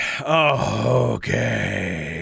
Okay